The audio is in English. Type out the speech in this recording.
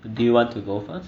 do you want to go first